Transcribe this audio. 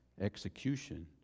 execution